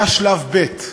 היה שלב ב'.